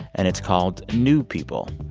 and it's called, new people.